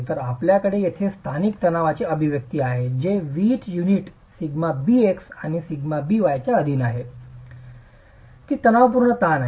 तर आपल्याकडे येथे स्थानिक तणावाचे अभिव्यक्ती आहे जे वीट युनिट σbx आणि σby च्या अधीन आहे की तणावपूर्ण ताण आहे